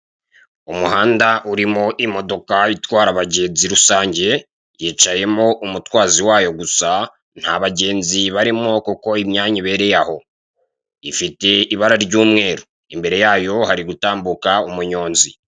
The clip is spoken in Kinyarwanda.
Umuhanda urimo imodoka itwara abagenzi rusange yicayemo umutwazi wayo gusa ntabagenzi barimo kuko imyanya ibere aho, ifite ibara ry'umweru imbere yabo hari gutambuka umunyonzi.